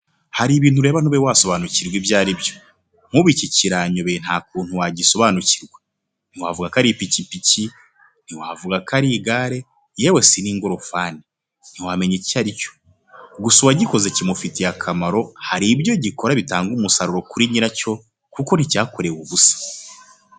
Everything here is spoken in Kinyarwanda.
Hari ibintu ureba ntube wasobanukirwa ibyo ari byo, nk'ubu iki kiranyobeye nta kuntu wagisobanukirwa, ntiwavuga ko ari ipikipiki, ntiwavuga ko ari igare yewe si n'ingorofani, ntiwamenya icyo ari cyo, gusa uwagikoze kimufitiye akamaro hari ibyo gikora bitanga umusaruro kuri nyiracyo kuko nticyakorewe ubusa.